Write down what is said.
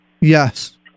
Yes